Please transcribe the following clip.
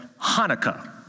Hanukkah